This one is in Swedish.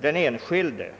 den enskilde.